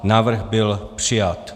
Návrh byl přijat.